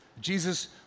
Jesus